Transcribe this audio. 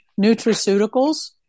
nutraceuticals